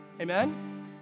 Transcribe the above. Amen